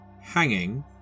hanging